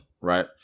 right